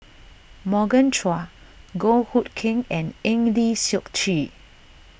Morgan Chua Goh Hood Keng and Eng Lee Seok Chee